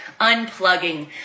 unplugging